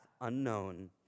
unknown